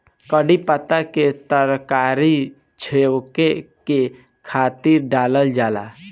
कढ़ी पत्ता के तरकारी छौंके के खातिर डालल जाला